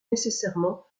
nécessairement